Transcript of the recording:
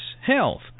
health